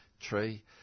tree